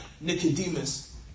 Nicodemus